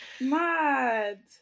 Mad